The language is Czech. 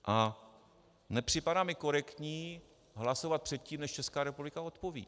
A nepřipadá mi korektní hlasovat předtím, než Česká republika odpoví.